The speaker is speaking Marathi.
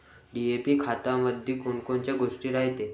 डी.ए.पी खतामंदी कोनकोनच्या गोष्टी रायते?